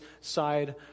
side